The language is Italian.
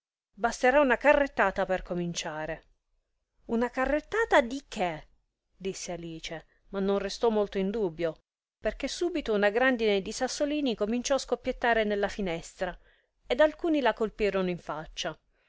basterà una carrettata per cominciare una carrettata di che disse alice ma non restò molto in dubbio perchè subito una grandine di sassolini cominciò a scoppiettare nella finestra ed alcuni la colpirono in faccia